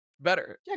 better